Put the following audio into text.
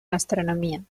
gastronomia